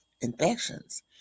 infections